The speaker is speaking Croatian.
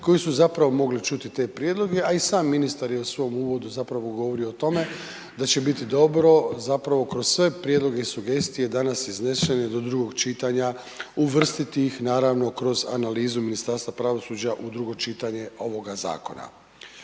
koji su zapravo mogli čuti te prijedloge, a i sam ministar je u svom uvodu govorio o tome, da će biti dobro zapravo kroz sve prijedloge i sugestije danas iznesene do 2. čitanja uvrstiti ih, naravno, kroz analizu Ministarstva pravosuđa u 2. čitanje ovoga zakona.